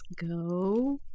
go